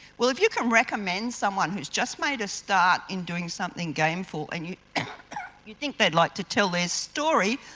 well, if you can recommend someone who's just made a start in doing something gameful and you you think they'd like to tell their story,